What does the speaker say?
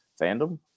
fandom